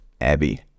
Abby